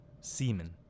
semen